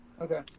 Okay